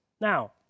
Now